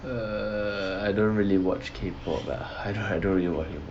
err I don't really watch K pop lah I don't really watch K pop